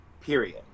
period